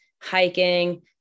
hiking